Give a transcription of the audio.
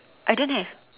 I don't have